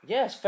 Yes